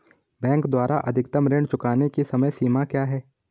Bank द्वारा अधिकतम ऋण चुकाने की समय सीमा क्या है?